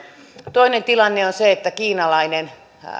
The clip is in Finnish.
toinen tilanne on se että kiinalainen